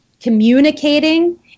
communicating